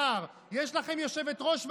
יש לכם שר במשרד האוצר,